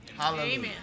Amen